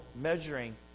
measuring